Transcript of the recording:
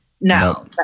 No